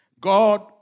God